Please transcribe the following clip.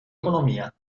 economia